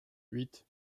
huit